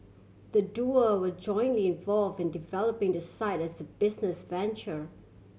the duo were jointly involve in developing the site as a business venture